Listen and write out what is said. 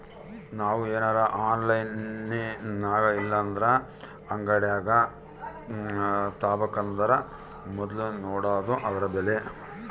ನಾವು ಏನರ ಆನ್ಲೈನಿನಾಗಇಲ್ಲಂದ್ರ ಅಂಗಡ್ಯಾಗ ತಾಬಕಂದರ ಮೊದ್ಲು ನೋಡಾದು ಅದುರ ಬೆಲೆ